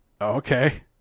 Okay